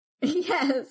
Yes